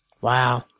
Wow